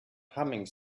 humming